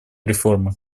реформы